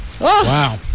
wow